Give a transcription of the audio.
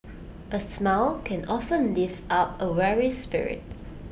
A smile can often lift up A weary spirit